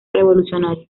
revolucionario